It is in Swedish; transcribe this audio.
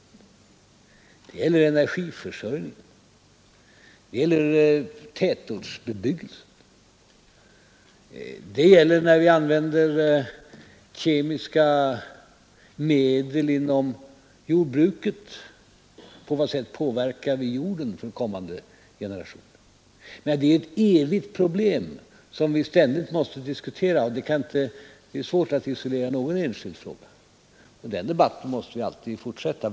Det gäller energiförsörjningen, det gäller tätortsbebyggelsen, det gäller när vi använder kemiska medel inom jordbruket — på vilket sätt påverkar vi jorden för kommande generationer? Det är ett evigt problem som vi ständigt måste diskutera, och det är svårt att isolera någon enskild fråga.